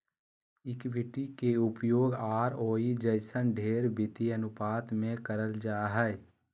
equity के उपयोग ROE जइसन ढेर वित्तीय अनुपात मे करल जा हय